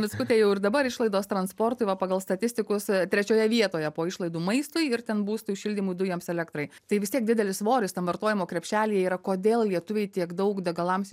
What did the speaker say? mickute jau ir dabar išlaidos transportui va pagal statistikus trečioje vietoje po išlaidų maistui ir ten būstui šildymui dujoms elektrai tai vis tiek didelis svoris tam vartojimo krepšelyje yra kodėl lietuviai tiek daug degalams